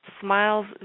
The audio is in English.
smiles